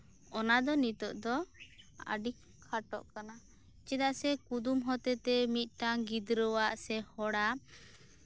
ᱚᱱᱟ ᱫᱚ ᱱᱤᱛᱚᱜ ᱫᱚ ᱟᱹᱰᱤ ᱠᱷᱟᱴᱚᱜ ᱠᱟᱱᱟ ᱪᱮᱫᱟᱜ ᱥᱮ ᱠᱩᱫᱩᱢ ᱦᱚᱛᱮ ᱛᱮ ᱢᱤᱫᱴᱟᱝ ᱜᱤᱫᱽᱨᱟᱹ ᱟᱜ ᱥᱮ ᱦᱚᱲᱟᱜ